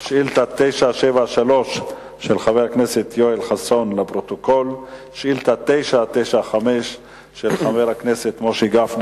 חבר הכנסת חיים אמסלם